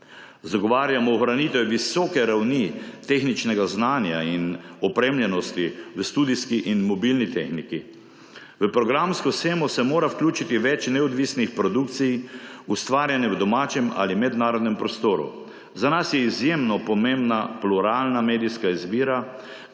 Zagovarjamo ohranitev visoke ravni tehničnega znanja in opremljenosti v studijski in mobilni tehniki. V programsko shemo se mora vključiti več neodvisnih produkcij, ustvarjenih v domačem ali mednarodnem prostoru. Za nas je izjemno pomembna pluralna medijska izbira